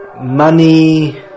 money